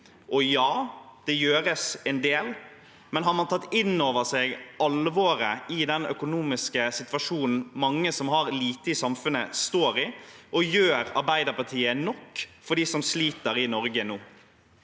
Ja, det gjøres en del, men har man tatt inn over seg alvoret i den økonomiske situasjonen mange som har lite i samfunnet, står i, og gjør Arbeiderpartiet nok for dem som sliter i Norge nå?